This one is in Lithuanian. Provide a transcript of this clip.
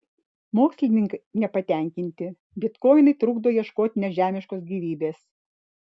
mokslininkai nepatenkinti bitkoinai trukdo ieškoti nežemiškos gyvybės